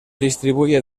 distribuye